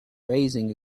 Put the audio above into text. raising